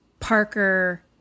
Parker